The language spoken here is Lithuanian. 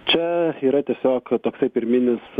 čia yra tiesiog toksai pirminis